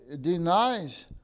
denies